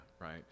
right